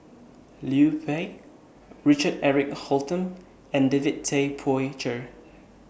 Liu Peihe Richard Eric Holttum and David Tay Poey Cher